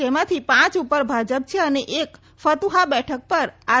તેમાંથી પાંચ પર ભાજપ છે અને એક ફત્વહા બેઠક પર આર